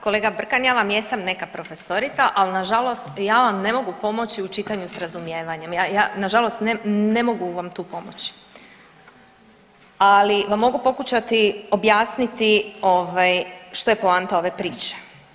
Kolega Brkan, ja vam jesam neka profesorica ali nažalost ja vam ne mogu pomoći u čitanju s razumijevanjem, ja, ja nažalost ne mogu vam tu pomoći, ali vam mogu pokušati objasniti ovaj što je poanta ove priče.